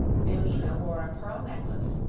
billina wore a pearl necklace,